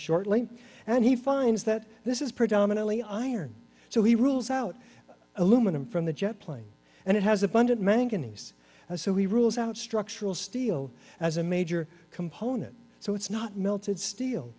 shortly and he finds that this is predominantly iron so he rules out aluminum from the jet plane and it has abundant manganese so he rules out structural steel as a major component so it's not melted steel